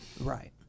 Right